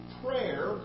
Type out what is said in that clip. prayer